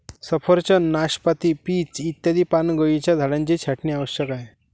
सफरचंद, नाशपाती, पीच इत्यादी पानगळीच्या झाडांची छाटणी आवश्यक आहे